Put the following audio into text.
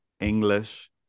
English